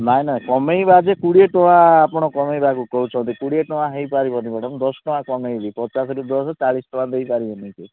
ନାହିଁ ନାହିଁ କମାଇବା ଯେ କୋଡ଼ିଏ ଟଙ୍କା ଆପଣ କମାଇବାକୁ କହୁଛନ୍ତି କୋଡ଼ିଏ ଟଙ୍କା ହୋଇପାରିବନି ମ୍ୟାଡ଼ମ୍ ଦଶ ଟଙ୍କା କମାଇବି ପଚାଶରୁ ଦଶ ଚାଳିଶ ଟଙ୍କା ଦେଇପାରିବେନି କି